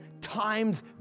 times